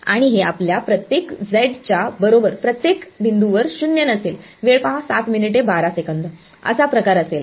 आणि हे आपल्या प्रत्येक z च्या बरोबर प्रत्येक बिंदूवर शून्य नसेल वेळ पहा 0712 असा प्रकार असेल